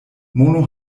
mono